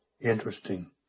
Interesting